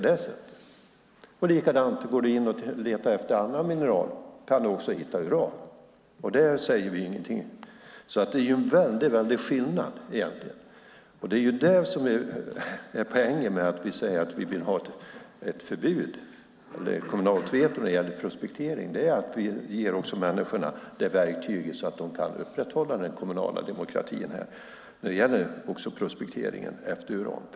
Det är likadant om du går in och letar efter andra mineraler; då kan du hitta uran. Det säger vi ingenting om. Det är alltså en väldig skillnad, och det är det som är poängen när vi säger att vi vill ha ett förbud - om det nu är ett kommunalt veto - när det gäller prospektering. Vi ger människorna verktygen så att de kan upprätthålla den kommunala demokratin också när det gäller prospektering av uran.